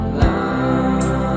love